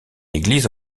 église